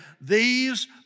These